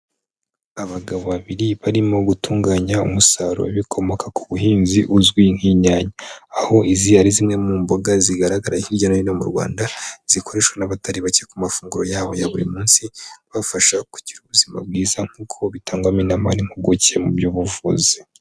Abagabo babiri barimo gutunganya umusaruro w'ibikomoka ku buhinzi uzwi nk'inyanya, aho izi ari zimwe mu mboga zigaragara hirya no hino mu Rwanda zikoreshwa n'abatari bacye ku mafunguro yabo ya buri munsi, bibafasha kugira ubuzima bwiza nk'uko bitangwamo inama n'impuguke mu by'ubuvuzi.